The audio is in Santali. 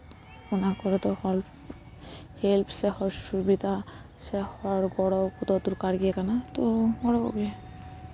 ᱚᱱᱟ ᱠᱚᱨᱮ ᱫᱚ ᱦᱚᱲ ᱦᱮᱞᱯ ᱥᱮ ᱦᱚᱲ ᱥᱩᱵᱤᱫᱷᱟ ᱥᱮ ᱦᱚᱲ ᱜᱚᱲᱚ ᱫᱚ ᱫᱚᱨᱠᱟᱨ ᱜᱮ ᱠᱟᱱᱟ ᱛᱚ ᱜᱚᱲᱚ ᱠᱚᱜ ᱜᱮ